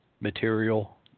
material